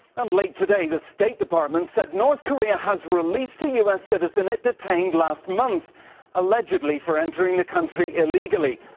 and late today, the state department said north korea has released a u s. citizen it detained last month allegedly for entering the country illegally.